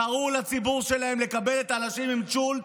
קראו לציבור שלהם לקבל את האנשים עם צ'ולנט,